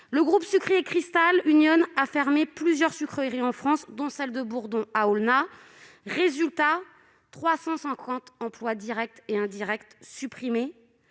le groupe sucrier Cristal Union a fermé plusieurs sucreries en France, dont celle de Bourdon à Aulnat. Résultat : 350 emplois directs et indirects ont été